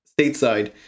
stateside